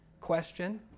question